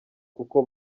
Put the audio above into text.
kuko